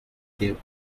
cave